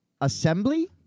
Assembly